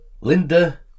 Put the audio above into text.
Linda